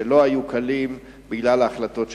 שלא היו קלים בגלל ההחלטות שנתקבלו.